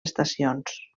estacions